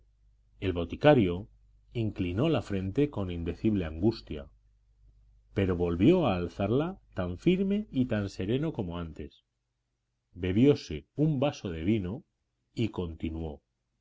el boticario inclinó la frente con indecible angustia pronto volvió a alzarla tan firme y tan sereno como antes bebióse un vaso de vino y continuó